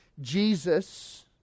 Jesus